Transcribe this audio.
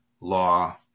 law